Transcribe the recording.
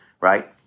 Right